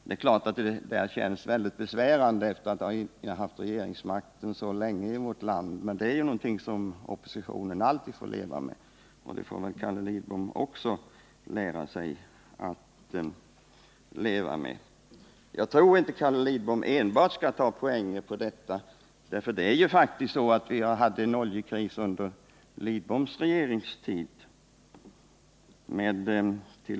Det är klart att detta känns besvärande efter det att hans parti har innehaft regeringsmakten i vårt land så länge, att trygga tillgången på olja men det är någonting som oppositionen alltid fått leva med — och det får väl Carl Lidbom också lära sig att göra. Jag tror inte att Carl Lidbom skall tro att han enbart kan ta poänger på detta —- vi hade ju faktiskt även under Carl Lidboms regeringstid en oljekris, då vi t.